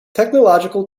technological